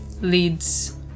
leads